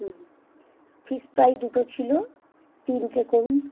হুম fish fry দুটো ছিল তিনটে করুন